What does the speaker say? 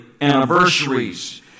anniversaries